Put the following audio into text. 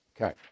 okay